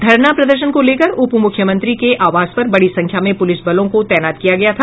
धरना प्रदर्शन को लेकर उपमुख्यमंत्री के आवास पर बड़ी संख्या में पूलिस बलों को तैनात किया गया था